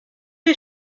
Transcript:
les